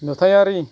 नुथायारि